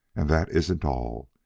and that isn't all!